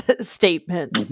statement